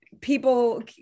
people